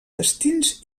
destins